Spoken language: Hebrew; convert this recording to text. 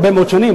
הרבה מאוד שנים.